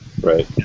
Right